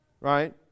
right